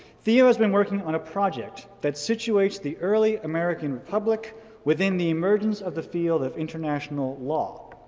theo has been working on a project that situates the early american republic within the emergence of the field of international law.